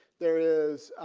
there is